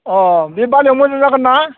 अ दै बानायाव मोजां जागोनना